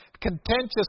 contentious